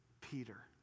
Peter